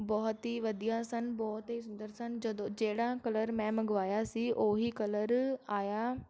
ਬਹੁਤ ਹੀ ਵਧੀਆ ਸਨ ਬਹੁਤ ਹੀ ਸੁੰਦਰ ਸਨ ਜਦੋਂ ਜਿਹੜਾ ਕਲਰ ਮੈਂ ਮੰਗਵਾਇਆ ਸੀ ਉਹੀ ਕਲਰ ਆਇਆ